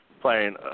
playing